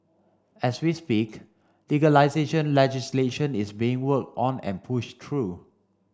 as we speak legalisation legislation is being worked on and pushed through